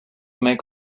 make